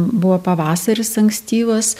buvo pavasaris ankstyvas